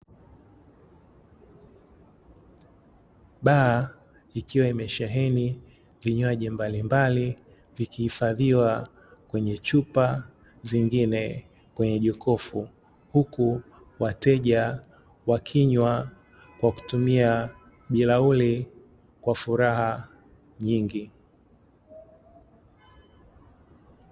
Baa ikiwa imesheheni vinywaji mbalimbali vikihifadhiwa kwenye chupa, vingine kwenye jokofu huku wateja wakinywa kwa kutumia bilauli kwa furaha nyingi.